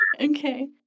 Okay